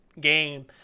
game